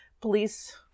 police